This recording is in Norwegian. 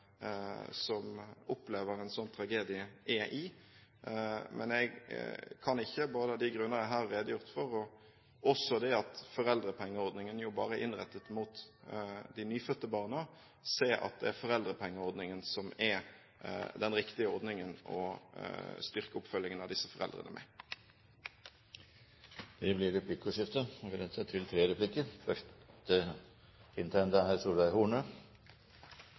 som opplever en slik tragedie, er i. Men jeg kan ikke både av de grunner jeg her har redegjort for, og fordi foreldrepengeordningen jo bare er innrettet mot de nyfødte barna, se at det er foreldrepengeordningen som er den riktige ordningen å styrke oppfølgingen av disse foreldrene med. Det blir replikkordskifte.